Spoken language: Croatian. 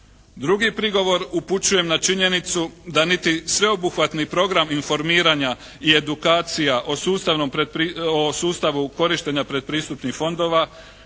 Drugi prigovor upućujem na činjenicu da niti sveobuhvatni program informiranja i edukacija o sustavu korištenja predpristupnih fondova